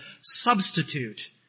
substitute